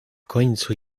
końcu